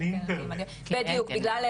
כי אין אינטרנט.